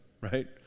right